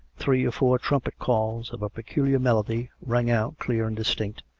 three or four trumpet-calls of a peculiar melody, rang out clear and distinct,